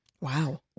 wow